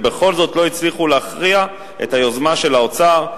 ובכל זאת לא הצליחו להכריע את היוזמה של האוצר,